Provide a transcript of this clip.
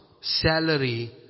salary